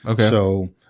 Okay